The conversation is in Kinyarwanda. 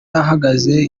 ahagaze